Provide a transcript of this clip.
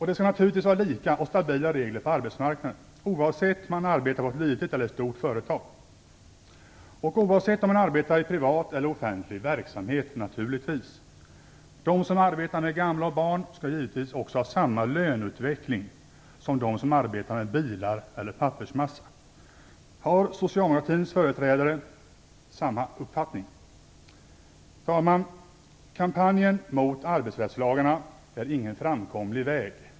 Det skall naturligtvis vara lika och stabila regler på arbetsmarknaden oavsett om man arbetar på ett litet eller stort företag, och naturligtvis oavsett om man arbetar i privat eller offentlig verksamhet. De som arbetar med gamla och barn skall givetvis ha samma löneutveckling som de som arbetar med bilar eller pappersmassa. Har socialdemokratins företrädare samma uppfattning? Herr talman! Kampanjen mot arbetsrättslagarna är ingen framkomlig väg.